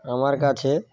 আমার কাছে